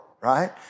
Right